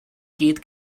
gyd